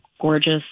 gorgeous